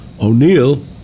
O'Neill